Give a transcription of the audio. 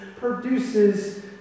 produces